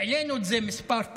העלינו את זה כמה פעמים,